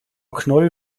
knoll